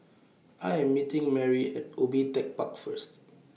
I Am meeting Merry At Ubi Tech Park First